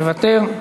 מוותר.